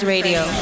Radio